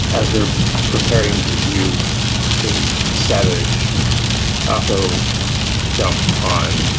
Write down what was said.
as they're preparing to do a savage oppo dump on